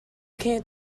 can’t